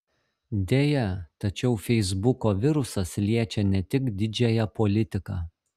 deja tačiau feisbuko virusas liečia ne tik didžiąją politiką